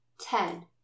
Ten